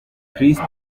christo